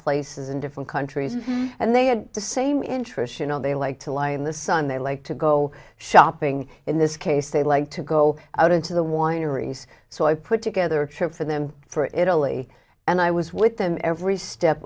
places in different countries and they had the same interests you know they like to lie in the sun they like to go shopping in this case they like to go out into the wineries so i put together a trip for them for italy and i was with them every step